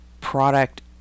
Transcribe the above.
product